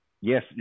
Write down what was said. Yes